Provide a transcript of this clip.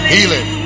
Healing